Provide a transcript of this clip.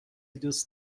دوست